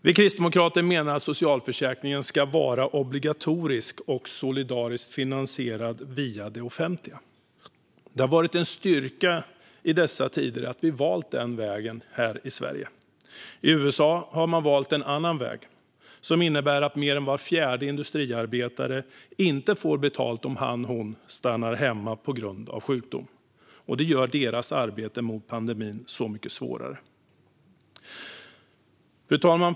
Vi kristdemokrater menar att socialförsäkringen ska vara obligatorisk och solidariskt finansierad via det offentliga. Det har varit en styrka i dessa tider att vi i Sverige har valt den vägen. I USA har man valt en annan väg, som innebär att mer än var fjärde industriarbetare inte får betalt om han eller hon stannar hemma på grund av sjukdom. Det gör arbetet mot pandemin så mycket svårare där. Fru talman!